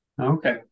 okay